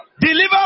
Deliver